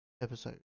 episode